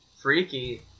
Freaky